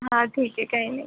हां ठीक आहे काही नाही